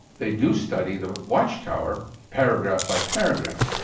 they do study the watchtower paragraph-by-paragraph.